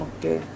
Okay